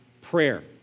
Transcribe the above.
prayer